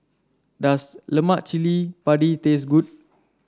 does Lemak Cili Padi taste good